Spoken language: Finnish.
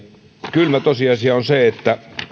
kylmä tosiasia on se että